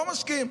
לא מסכים.